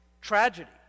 tragedy